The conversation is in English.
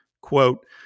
Quote